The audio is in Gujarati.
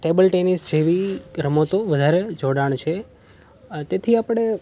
ટેબલ ટેનિસ જેવી રમતો વધારે જોડાણ છે તેથી આપણે